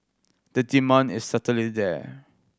the demand is certainly there